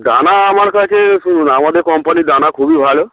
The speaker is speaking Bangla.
দানা আমার কাছে শুনুন আমাদের কোম্পানির দানা খুবই ভালো